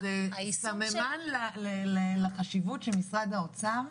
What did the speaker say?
בתקציב האחרון?